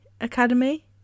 Academy